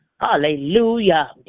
hallelujah